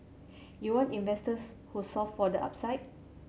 you want investors who solve for the upside